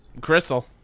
Crystal